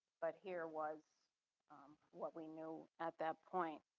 but here was what we know, at that point.